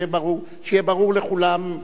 שיהיה ברור לכולנו.